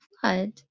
flood